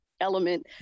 element